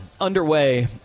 underway